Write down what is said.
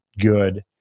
good